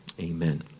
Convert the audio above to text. Amen